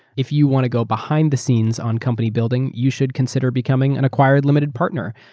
if you want to go behind the scenes on company building, you should consider becoming an acquired limited partner.